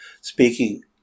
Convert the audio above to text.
speaking